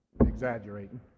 exaggerating